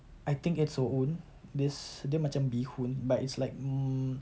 I think it's suun this dia macam bihun but it's like um